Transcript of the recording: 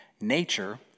nature